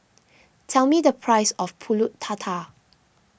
tell me the price of Pulut Tatal